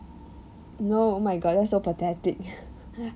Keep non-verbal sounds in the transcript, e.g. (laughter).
no oh my god that's so pathetic (laughs)